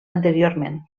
anteriorment